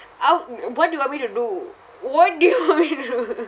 orh what do you want me to do what do you want me to do